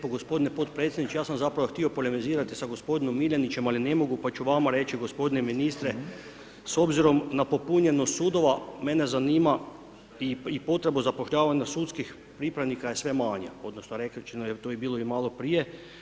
Hvala lijepo gospodine podpredsjedniče ja sam zapravo htio polemizirati sa gospodinom Miljenićem ali ne mogu, pa ću vama reći gospodine ministre, s obzirom na popunjenost sudova mene zanima i potreba zapošljavanja sudskih pripravnika je sve manja, odnosno …/nerazumljivo/… to je bilo i malo prije.